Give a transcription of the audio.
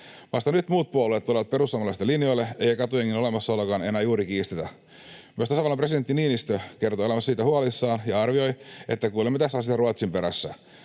Vasta nyt muut puolueet tulevat perussuomalaisten linjoille, eikä katujengien olemassaoloakaan enää juurikaan kiistetä. Myös tasavallan presidentti Niinistö kertoi olevansa siitä huolissaan ja arvioi, että kuljemme tässä asiassa Ruotsin perässä.